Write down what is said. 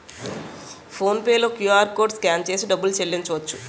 phone pay లో QR code scan చేసి డబ్బులు చెల్లించవచ్చు